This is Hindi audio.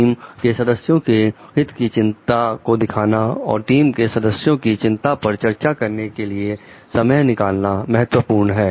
टीम के सदस्यों के हित की चिंता को दिखाना और टीम के सदस्यों की चिंता पर चर्चा करने के लिए समय निकालना महत्वपूर्ण है